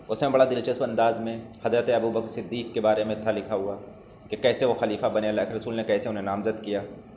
اس میں بڑا دلچسپ انداز میں حضرت ابوبکر صدیق کے بارے میں تھا لکھا ہوا کہ کیسے وہ خلیفہ بنے اللہ کے رسول نے کیسے انہیں نامزد کیا